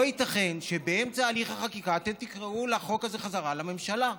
לא ייתכן שבאמצע הליך החקיקה אתם תקראו לחוק הזה בחזרה לממשלה.